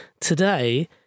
Today